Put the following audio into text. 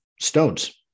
stones